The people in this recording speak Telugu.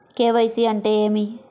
కే.వై.సి అంటే ఏమి?